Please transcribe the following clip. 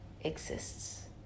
exists